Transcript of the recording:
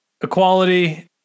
Equality